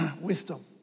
wisdom